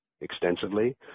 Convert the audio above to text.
extensively